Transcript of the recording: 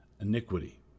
iniquity